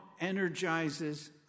energizes